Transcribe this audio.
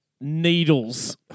Needles